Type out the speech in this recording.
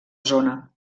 zona